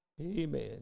Amen